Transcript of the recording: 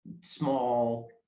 small